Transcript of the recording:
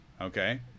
Okay